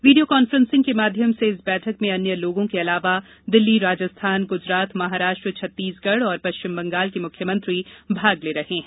video conferencing के माध्यम से इस बैठक में अन्य लोगों के अलावा दिल्ली राजस्थान गुजरात महाराष्ट्र छत्तीसगढ़ और पश्चिम बंगाल के मुख्यमंत्री भाग ले रहे हैं